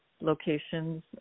locations